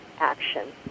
action